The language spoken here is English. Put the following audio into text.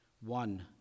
one